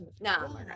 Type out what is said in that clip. no